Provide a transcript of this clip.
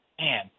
man